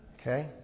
Okay